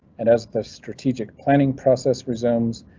and as the strategic planning process resumes,